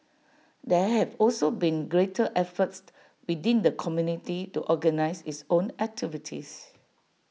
there have also been greater efforts within the community to organise its own activities